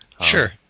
Sure